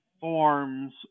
forms